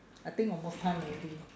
I think almost time already